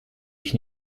ich